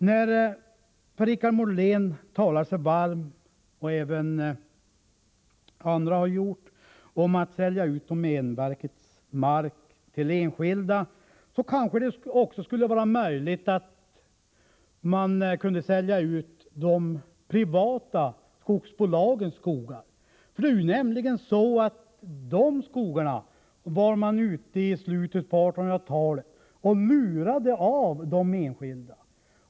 När Per-Richard Molén och andra talar sig varma för att sälja ut domänverkets mark till enskilda kanske det också skulle vara möjligt att sälja ut de privata skogsbolagens skogar. De skogarna var man nämligen i slutet av 1800-talet ute och lurade av de enskilda.